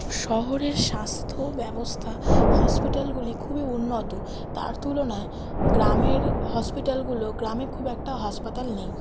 শহরের স্বাস্থ্য ব্যবস্থা হসপিটালগুলি খুবই উন্নত তার তুলনায় গ্রামের হসপিটালগুলো গ্রামে খুব একটা হাসপাতাল নেই